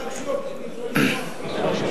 אני מנסה להקשיב, אבל אי-אפשר לשמוע.